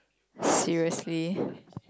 seriously